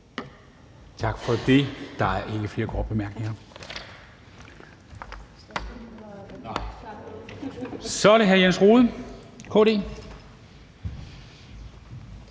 Tak for det. Der er ikke flere korte bemærkninger. Så er det hr. Jens Rohde, KD.